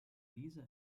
lisa